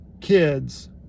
kids